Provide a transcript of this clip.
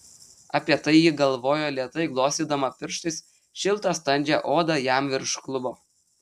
apie tai ji galvojo lėtai glostydama pirštais šiltą standžią odą jam virš klubo